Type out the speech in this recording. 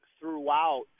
throughout